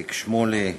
איציק שמולי,